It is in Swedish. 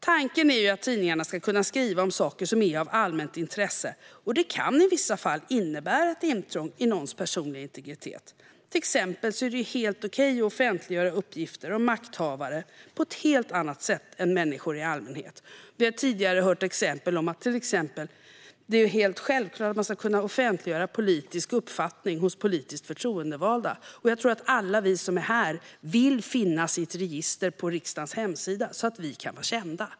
Tanken är att tidningarna ska kunna skriva om saker som är av allmänt intresse. Det kan i vissa fall innebära ett intrång i någons personliga integritet. Till exempel är det helt okej att offentliggöra uppgifter om makthavare på ett helt annat sätt än människor i allmänhet. Vi har tidigare hört exempel på att det är helt självklart att man ska kunna offentliggöra politisk uppfattning hos politiskt förtroendevalda. Jag tror att alla vi som är här vill finnas i ett register på riksdagens hemsida så att vi kan vara kända.